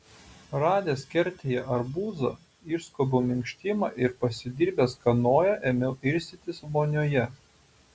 radęs kertėje arbūzą išskobiau minkštimą ir pasidirbęs kanoją ėmiau irstytis vonioje